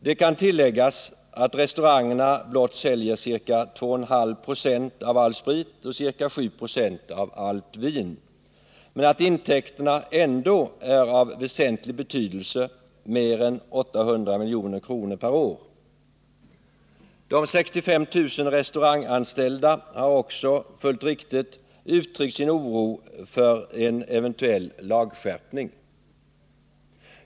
Det kan tilläggas att restaurangerna säljer blott ca 2,5 26 av all sprit och ca 7 96 av allt vin men att intäkterna ändå är av väsentlig betydelse — mer än 800 milj.kr. per år. De 65 000 restauranganställda har också uttryckt sin oro för en eventuell lagskärpning.